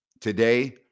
today